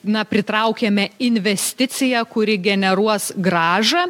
na pritraukiame investiciją kuri generuos grąžą